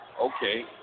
Okay